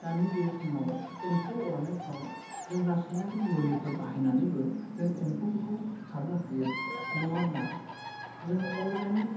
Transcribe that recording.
दानि बे समाव एम्फौ अरनायफ्राव जों रासायनारि मुलिफोर बाहायनानैबो जों एम्फौखौ सिथारनो हायो नङाब्ला जों अर्गानिक